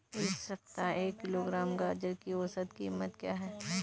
इस सप्ताह एक किलोग्राम गाजर की औसत कीमत क्या है?